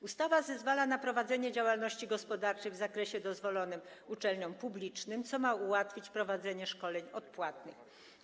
Ustawa zezwala na prowadzenie działalności gospodarczej w zakresie dozwolonym uczelniom publicznym, co ma ułatwić prowadzenie szkoleń odpłatnych.